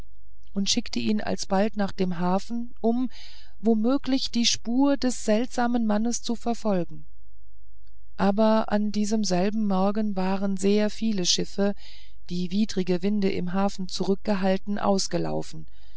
und schickte ihn alsbald nach dem hafen um wo möglich die spuren des seltsamen mannes zu verfolgen aber an diesem selben morgen waren sehr viele schiffe die widrige winde im hafen zurückgehalten ausgelaufen